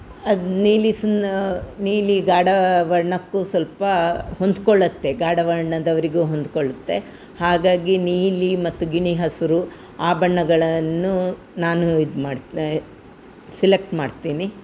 ಅದು ನೀಲಿ ಸುನ್ನಾ ನೀಲಿ ಗಾಡಾವರ್ಣಕ್ಕೂ ಸ್ವಲ್ಪ ಹೊಂದ್ಕೊಳ್ಳತ್ತೆ ಗಾಡವರ್ಣದವರಿಗೂ ಹೊಂದ್ಕೊಳ್ಳುತ್ತೆ ಹಾಗಾಗಿ ನೀಲಿ ಮತ್ತು ಗಿಣಿ ಹಸಿರು ಆ ಬಣ್ಣಗಳನ್ನು ನಾನು ಇದು ಮಾಡಿ ಸಿಲೆಕ್ಟ್ ಮಾಡ್ತೀನಿ